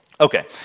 Okay